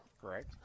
Correct